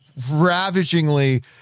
ravagingly